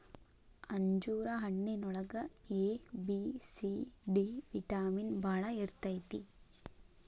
ಅಂಜೂರ ಹಣ್ಣಿನೊಳಗ A, B, C, D vitamin ಬಾಳ ಇರ್ತೈತಿ